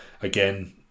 again